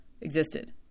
existed